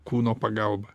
kūno pagalba